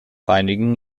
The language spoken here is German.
einigen